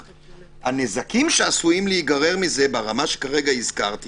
הנזקים שעלולים להיגרם מזה ברמה שכרגע הזכרתי